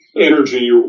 energy